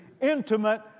intimate